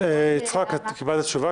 יצחק, אתה קיבלת תשובה?